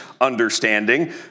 understanding